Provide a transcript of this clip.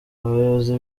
abayobozi